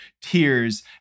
tears